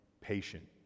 patient